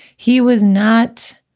he was not